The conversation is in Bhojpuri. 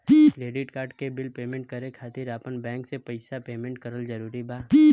क्रेडिट कार्ड के बिल पेमेंट करे खातिर आपन बैंक से पईसा पेमेंट करल जरूरी बा?